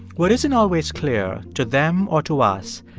what isn't always clear, to them or to us,